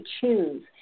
choose